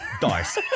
dice